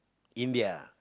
India